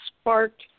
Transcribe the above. sparked